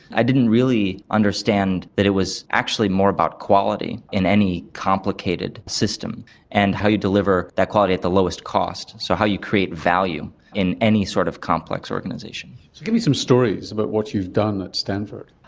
i didn't really understand that it was actually more about quality in any complicated system and how you deliver that quality at the lowest cost, so how you create value in any sort of complex organisation. so give me some stories about what you've done at stanford?